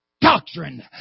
doctrine